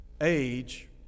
age